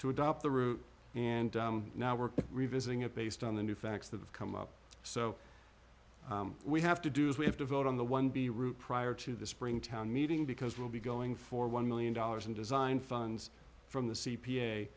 to adopt the route and now we're revisiting it based on the new facts that have come up so we have to do is we have to vote on the one b route prior to the spring town meeting because we'll be going for one million dollars in design funds from the c